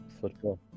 Football